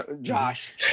Josh